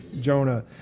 Jonah